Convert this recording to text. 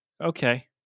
okay